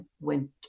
went